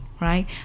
right